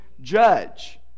judge